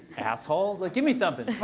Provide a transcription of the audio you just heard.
asshole! like give me something.